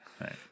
Right